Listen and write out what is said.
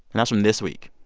that's from this week